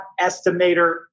estimator